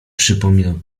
przypominał